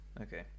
okay